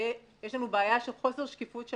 יש לנו בעיה של חוסר שקיפות של